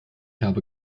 habe